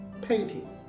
painting